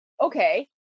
okay